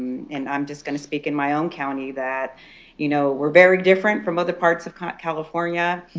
and i'm just going to speak in my own county that you know we're very different from other parts of kind of california.